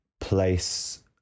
place